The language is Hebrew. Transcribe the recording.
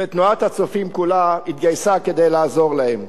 ותנועת "הצופים" כולה התגייסה כדי לעזור להם.